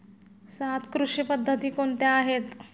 सात कृषी पद्धती कोणत्या आहेत?